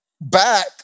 back